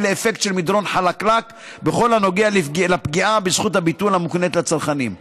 לאפקט של מדרון חלקלק בכל הנוגע לפגיעה בזכות הביטול המוקנית הצרכנים.